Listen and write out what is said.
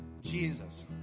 Jesus